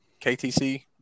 KTC